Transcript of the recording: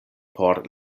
por